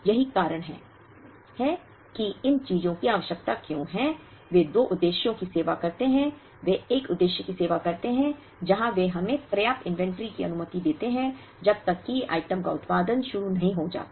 यही कारण है कि इन चीजों की आवश्यकता क्यों है वे 2 उद्देश्यों की सेवा करते हैं वे एक उद्देश्य की सेवा करते हैं जहां वे हमें पर्याप्त इन्वेंट्री की अनुमति देते हैं जब तक कि आइटम का उत्पादन शुरू नहीं हो जाता